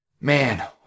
man